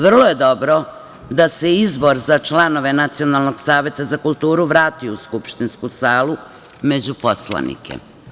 Vrlo je dobro da se izbor za članove Nacionalnog saveta za kulturu vrati u skupštinsku salu među poslanike.